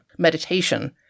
Meditation